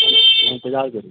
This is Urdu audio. انتظار کروں